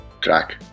track